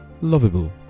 lovable